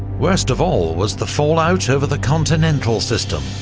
worst of all, was the fallout over the continental system,